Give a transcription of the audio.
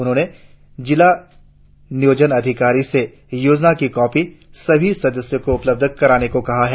उन्होंने जिला नियोजन अधिकारियो से योजना की कोपी सभी सदस्यो को उपलब्ध कराने को कहा है